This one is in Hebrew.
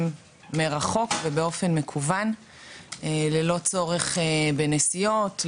מרחוק ובאופן מקוון ללא צורך בנסיעות,